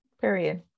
Period